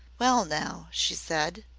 well, now, she said,